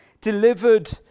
Delivered